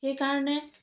সেই কাৰণে